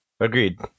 Agreed